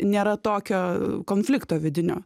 nėra tokio konflikto vidinio